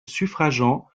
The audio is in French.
suffragants